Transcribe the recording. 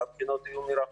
גם אם הבחינות יהיו מרחוק,